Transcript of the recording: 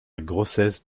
grossesse